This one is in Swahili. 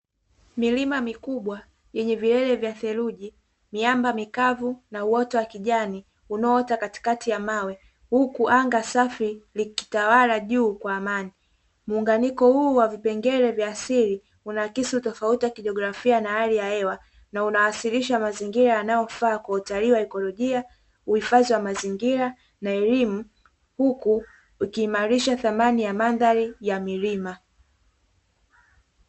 Milima mikubwa yenye vilele vya theluji, miamba mikavu na uoto wa kijani unaoota katikati ya mawe huku anga safi likitawala juu kwa amani. Muunganiko huu wa vipengele vya asili unaakisi utofauti wa kijiografia na hali ya hewa na unawasilisha mazingira yanayofaa kwa Utalii wa Ikolojia, Uhifadhi wa Mazingira na Elimu huku ukiimarisha thamani ya mandhari ya milima.